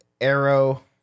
Arrow